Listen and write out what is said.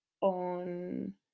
on